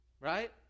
Right